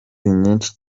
nyinshi